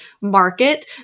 market